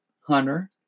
Hunter